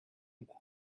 about